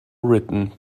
written